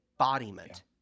embodiment